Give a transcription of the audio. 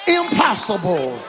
impossible